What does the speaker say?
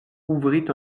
ouvrit